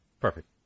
Perfect